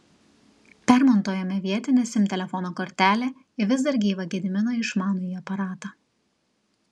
permontuojame vietinę sim telefono kortelę į vis dar gyvą gedimino išmanųjį aparatą